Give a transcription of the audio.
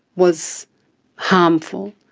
was harmful.